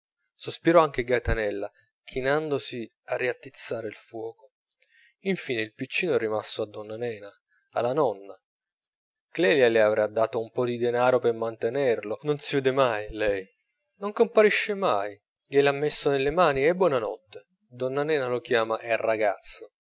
serva sospirò anche gaetanella chinandosi a riattizzare il fuoco infine il piccino è rimasto a donna nena alla nonna clelia le avrà dato un po di danaro per mantenerlo non si vede mai lei non comparisce mai glie l'ha messo nelle mani e buonanotte donna nena lo chiama er ragazzo